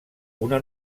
una